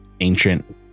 ancient